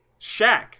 shaq